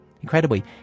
incredibly